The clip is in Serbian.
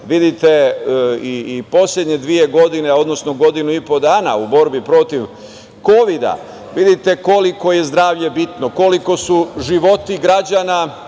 vidite i poslednje dve godine, odnosno godinu i po dana u borbi protiv kovida, koliko je zdravlje bitno, koliko su životi građana,